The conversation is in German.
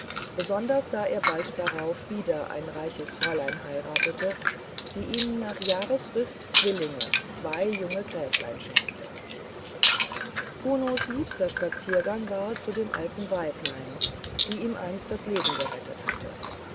besonders da er bald darauf wieder ein reiches fräulein heiratete die ihm nach jahresfrist zwillinge zwei junge gräflein schenkte kunos liebster spaziergang war zu dem alten weiblein die ihm einst das leben gerettet hatte